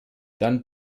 dann